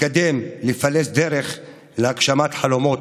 לקדם, לפלס דרך להגשמת חלומות,